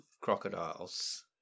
crocodiles